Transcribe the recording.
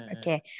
Okay